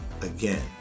again